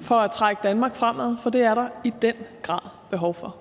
for at trække Danmark fremad, for det er der i den grad behov for.